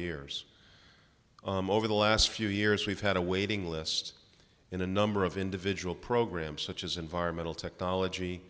years over the last few years we've had a waiting list in a number of individual programs such as environmental technology